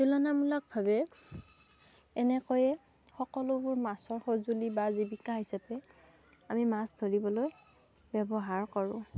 তুলনামূলকভাৱে এনেকৈয়ে সকলোবোৰ মাছৰ সঁজুলি বা জীৱিকা হিচাপে আমি মাছ ধৰিবলৈ ব্যৱহাৰ কৰোঁ